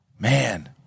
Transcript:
Man